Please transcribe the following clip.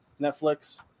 Netflix